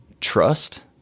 trust –